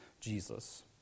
Jesus